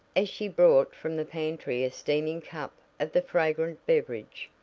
as she brought from the pantry a steaming cup of the fragrant beverage.